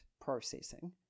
processing